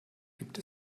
gibt